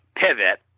pivot